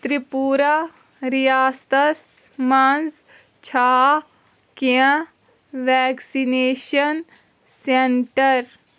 تِرٛپوٗرا ریاستس مَنٛز چھا کینٛہہ ویکسنیشن سینٹر